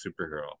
superhero